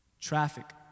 Traffic